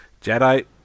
Jedi